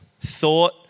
thought